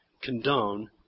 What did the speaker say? condone